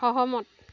সহমত